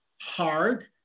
hard